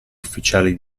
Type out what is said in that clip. ufficiali